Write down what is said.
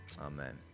Amen